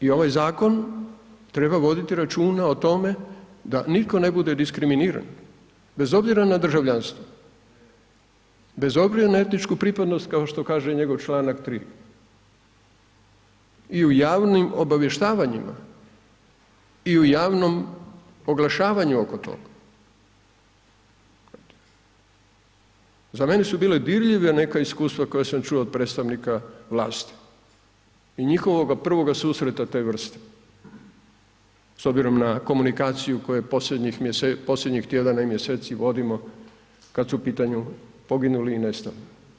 I ovaj zakon, treba voditi računa o tome, da nitko ne bude diskriminiran, bez obzira na državljanstvo, bez obzira na etičku pripadnost, kao što kaže njegov članak 3. I u javnim obavještavanjima i u javnom oglašavanju oko toga, za mene su bila dirljiva neka iskustva, koja sam čuo od predstavnika vlasti i njihovoga prvoga susreta te vrste, s obzirom na komunikaciju, koje posljednjih tjedana i mjeseci vodimo, kad su u pitanju poginuli i nestali.